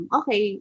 okay